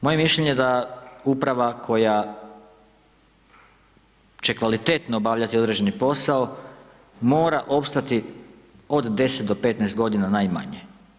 Moje mišljenje je da uprava koja će kvalitetno obavljati određeni posao, morao opstati od 10-15 godina najmanje.